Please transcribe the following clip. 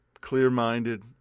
clear-minded